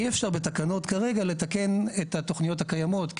אי אפשר בתקנות כרגע לתקן את התוכניות הקיימות,